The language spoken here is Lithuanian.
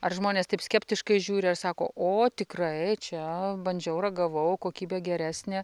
ar žmonės taip skeptiškai žiūri ar sako o tikrai čia bandžiau ragavau kokybė geresnė